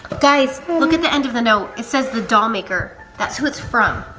guys, look at the end of the note, it says the doll maker. that's who it's from.